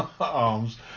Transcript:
arms